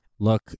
Look